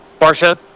Barsha